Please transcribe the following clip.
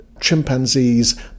chimpanzees